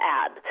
add